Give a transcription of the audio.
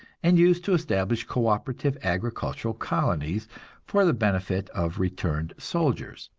and used to establish co-operative agricultural colonies for the benefit of returned soldiers.